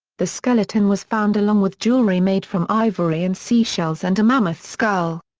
the skeleton was found along with jewellery made from ivory and seashells and a mammoth's skull.